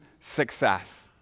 success